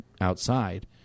outside